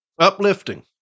Uplifting